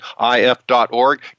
if.org